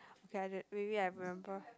okay I d~ maybe I remember